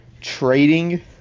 trading